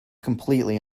completely